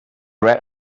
red